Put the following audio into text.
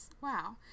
Wow